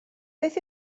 beth